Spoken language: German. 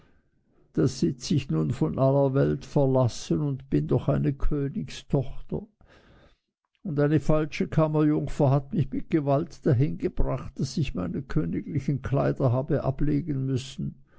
da sitze ich nun von aller welt verlassen und bin doch eine königstochter und eine falsche kammerjungfer hat mich mit gewalt dahingebracht daß ich meine königlichen kleider habe ablegen müssen